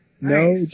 No